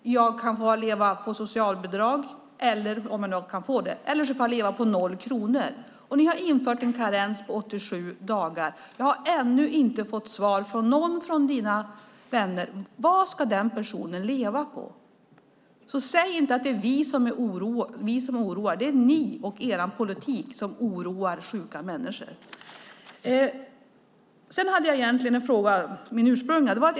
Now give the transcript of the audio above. Jag kan få leva på socialbidrag, om jag nu kan få det, eller också får jag leva på noll kronor. Ni har infört en karens på 87 dagar. Jag har ännu inte fått svar från någon av dina vänner: Vad ska den personen leva på? Säg inte att det är vi som oroar! Det är ni och er politik som oroar sjuka människor. Sedan hade jag egentligen en fråga, min ursprungliga.